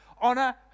Honor